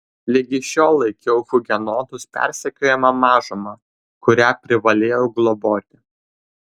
ligi šiol laikiau hugenotus persekiojama mažuma kurią privalėjau globoti